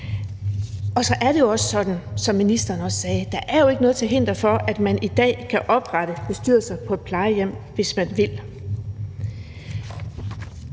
Så er det jo også sådan, som ministeren sagde, at der ikke er noget til hinder for, at man i dag kan oprette bestyrelser på et plejehjem, hvis man vil.